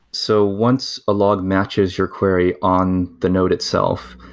so once a log matches your query on the node itself,